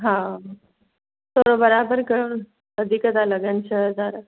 हा थोरो बराबरि कयो न वधीक था लॻनि छ्ह हज़ार